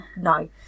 No